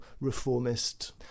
reformist